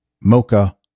mocha